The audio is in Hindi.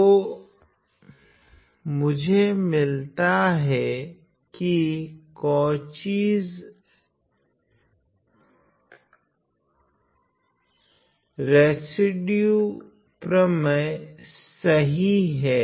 तो मुझी मिलता है कि काउची'स रेसिड्यू प्रमेय सही हैं